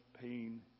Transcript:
pain